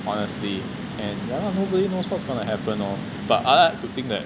honestly and yah lah nobody knows what's going to happen lor but I like to think that